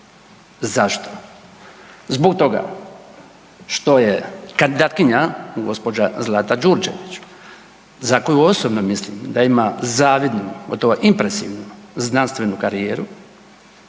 Zašto? Zbog toga što je kandidatkinja, gđa. Zlata Đurđević za koju osobno mislim da ima zavidnu, gotovo impresivnu znanstvenu karijeru,